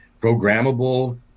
programmable